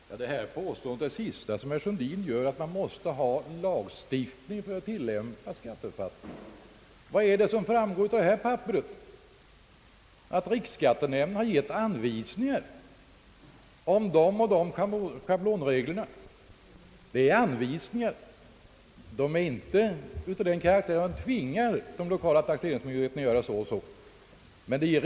Herr talman! Herr Sundins senaste påstående gick ut på att det måste finnas en lagstiftning för att skatteförfattningarna skall kunna tillämpas. Vad är det som framgår av det betänkande vi nu behandlar? Jo, att riksskattenämnden har utgivit anvisningar om vissa schablonregler. Dessa anvisningar är emellertid inte tvingande för den lokala taxeringsmyndigheten, men de är riktlinjer för dess arbete.